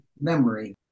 memory